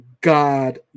god